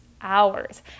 hours